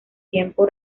tiempo